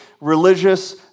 religious